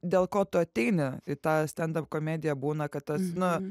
dėl ko tu ateini į tą stendap komediją būna kad tas nu